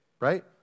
right